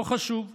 לא חשוב עירום.